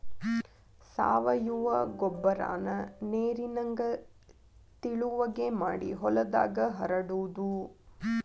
ಸಾವಯುವ ಗೊಬ್ಬರಾನ ನೇರಿನಂಗ ತಿಳುವಗೆ ಮಾಡಿ ಹೊಲದಾಗ ಹರಡುದು